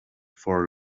for